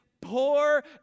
poor